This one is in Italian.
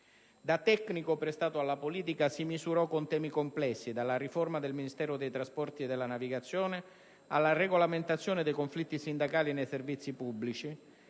Da tecnico prestato alla politica, si misurò con temi complessi, dalla riforma del Ministero dei trasporti e della navigazione alla regolamentazione dei conflitti sindacali nei servizi pubblici,